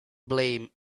blame